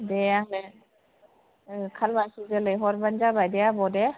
दे आंनो खालमासि जोलै हरबानो जाबाय दे आब' दे